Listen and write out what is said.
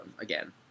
again